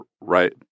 right